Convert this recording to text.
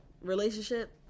relationship